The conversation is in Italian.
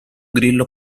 grillo